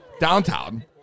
Downtown